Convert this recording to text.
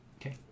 Okay